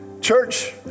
Church